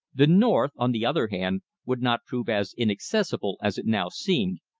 the north, on the other hand, would not prove as inaccessible as it now seemed,